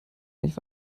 nicht